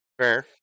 fair